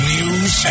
News